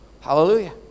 Hallelujah